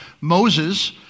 Moses